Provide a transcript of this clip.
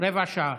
רבע שעה.